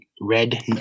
red